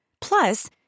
Plus